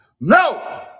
No